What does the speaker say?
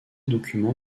document